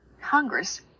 Congress